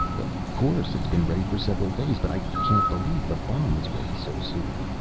of course. it's been ready for several days. but i can't believe the bomb is ready so soon.